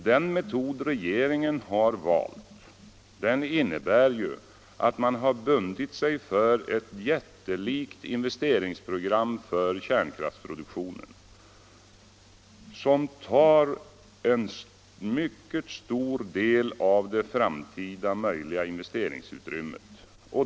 Den metod regeringen valt innebär ju att man när det gäller kärnkraftsproduktionen har bundit sig för ett jättelikt investeringsprogram, som tar en mycket stor del av det framtida investeringsutrymmet.